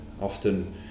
Often